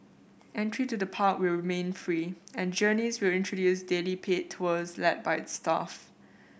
entry to the park will remain free and Journeys will introduce daily paid tours led by its staff